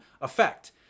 effect